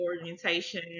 orientation